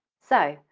so,